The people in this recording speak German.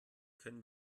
können